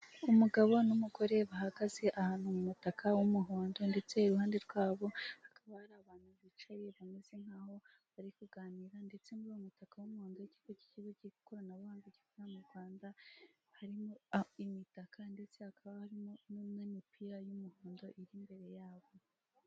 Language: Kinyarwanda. Umugabo n'umugore bahagaze ahantu mu mutakandetse iruhande rwabo...